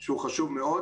שהוא חשוב מאוד.